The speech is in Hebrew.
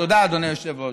תודה, אדוני היושב-ראש.